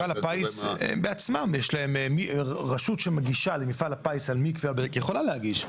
רשות שמגישה למפעל הפיס על מקווה יכולה להגיש,